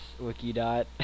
Wikidot